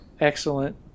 Excellent